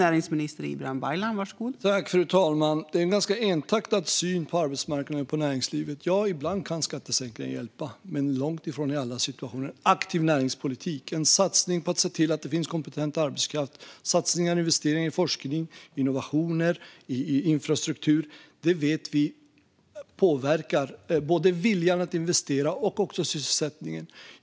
Fru talman! Det är en ganska ensidig syn på arbetsmarknaden och näringslivet. Ja, ibland kan skattesänkningar hjälpa men långt ifrån i alla situationer. Aktiv näringspolitik, en satsning på att se till att det finns kompetent arbetskraft, satsningar på och investeringar i forskning och innovationer i infrastruktur vet vi påverkar både viljan att investera och sysselsättningen.